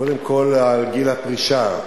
קודם כול על גיל הפרישה.